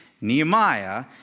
Nehemiah